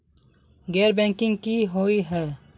गैर बैंकिंग की हुई है?